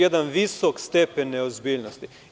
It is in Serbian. Jedan visok stepen neozbiljnosti.